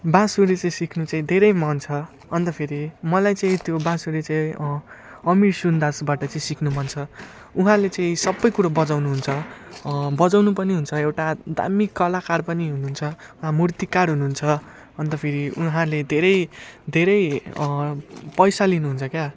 बाँसुरी चाहिँ सिक्नु चाहिँ धेरै मन छ अन्त फेरि मलाई चाहिँ त्यो बाँसुरी चाहिँ अमिर सुन्दासबाट चाहिँ सिक्नु मन छ उहाँले चाहिँ सबै कुरो बजाउनु हुन्छ बजाउनु पनि हुन्छ एउटा दामी कलाकार पनि हुनुहुन्छ मुर्तिकार हुनुहुन्छ अन्त फेरि उहाँले धेरै धेरै पैसा लिनुहुन्छ क्या